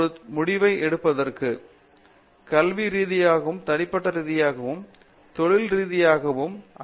ஒரு முடிவை எடுப்பதற்கும் கல்வியியல் ரீதியாகவும் தனிப்பட்ட ரீதியாகவும் தொழில்ரீதியாகவும் ஐ